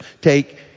take